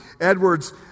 Edwards